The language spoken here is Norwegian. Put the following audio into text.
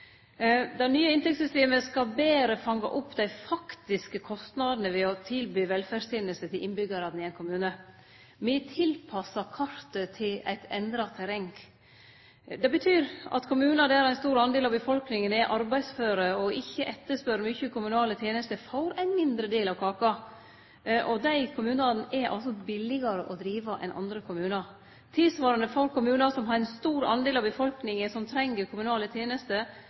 Det nye inntektssystemet skal betre fange opp dei faktiske kostnadene ved å tilby velferdstenester til innbyggjarane i ein kommune. Me tilpassar kartet til eit endra terreng. Det betyr at kommunar der ein stor del av befolkninga er arbeidsfør og ikkje etterspør mykje kommunale tenester, får ein mindre del av kaka. Dei kommunane er altså billigare å drive enn andre kommunar. Tilsvarande får kommunar der ein stor del av befolkninga treng kommunale tenester,